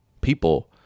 people